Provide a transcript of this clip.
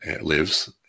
lives